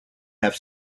have